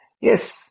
Yes